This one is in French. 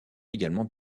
également